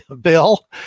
bill